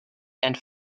and